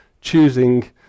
choosing